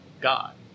God